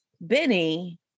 Benny